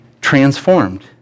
Transformed